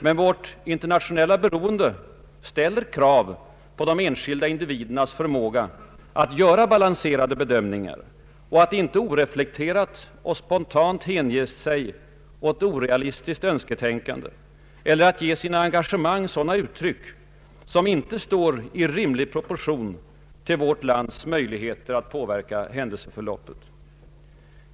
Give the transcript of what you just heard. Men vårt internationella beroende ställer krav på de enskilda individernas förmåga att göra balanserade bedömningar och att inte oreflekterat och spontant hänge sig åt orealistiskt önsketänkande eller ge sitt engagemang sådana uttryck som inte står i rimlig proportion till vårt lands möjligheter att påverka händelseförloppet.